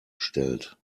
stellt